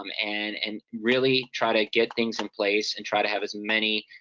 um and and really try to get things in place, and try to have as many